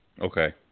Okay